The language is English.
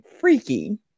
freaky